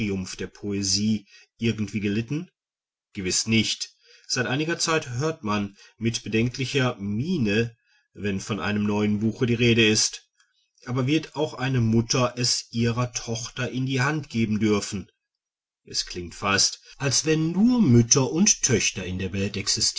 der poesie irgendwie gelitten gewiß nicht seit einiger zeit hört man mit bedenklicher miene wenn von einem neuen buche die rede ist aber wird auch eine mutter es ihrer tochter in die hand geben dürfen es klingt fast als wenn nur mütter und töchter in der welt